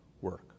work